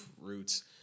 Roots